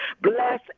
Bless